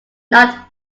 not